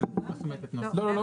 לא,